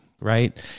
right